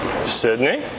Sydney